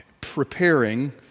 preparing